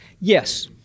Yes